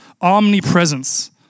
omnipresence